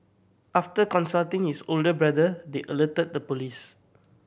after consulting his older brother they alerted the police